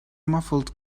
muffled